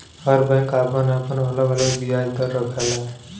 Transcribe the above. हर bank आपन आपन अलग अलग बियाज दर रखला